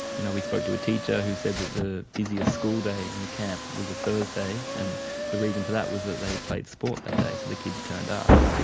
you know we spoke to a teacher who said that the busiest school day in the camp was a thursday and the reason for that was that they played sport that day, so the kids turned up.